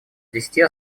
десяти